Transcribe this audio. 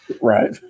right